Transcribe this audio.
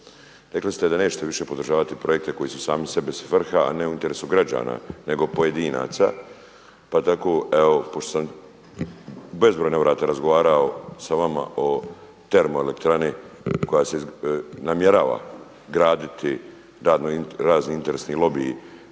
rekli ste da nećete više podržavati projekte koji su sami sebi svrha, a ne u interesu građana nego pojedinaca. Pa tako evo pošto sam na bezbroj navrata razgovarao sa vama o termoelektrani koja se namjerava graditi razni interesni lobiji